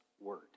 word